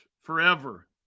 forever